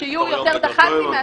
שיהיו יותר דח"צים.